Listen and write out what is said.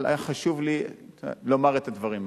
אבל היה חשוב לי לומר את הדברים האלה.